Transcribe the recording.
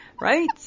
Right